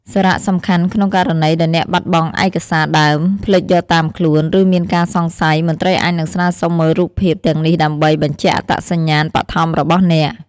សារៈសំខាន់ ក្នុងករណីដែលអ្នកបាត់បង់ឯកសារដើម ភ្លេចយកតាមខ្លួន ឬមានការសង្ស័យ មន្ត្រីអាចនឹងស្នើសុំមើលរូបភាពទាំងនេះដើម្បី បញ្ជាក់អត្តសញ្ញាណបឋមរបស់អ្នក។